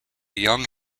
young